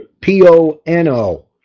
P-O-N-O